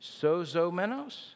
sozomenos